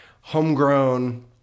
homegrown